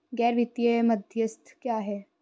गैर वित्तीय मध्यस्थ क्या हैं?